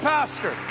Pastor